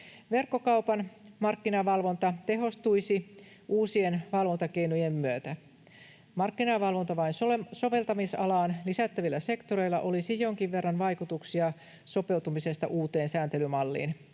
Verkkokaupan markkinavalvonta tehostuisi uusien valvontakeinojen myötä. Markkinavalvontalain soveltamisalaan lisättävillä sektoreilla olisi jonkin verran vaikutuksia sopeutumisesta uuteen sääntelymalliin.